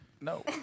No